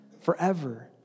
forever